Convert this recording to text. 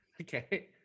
Okay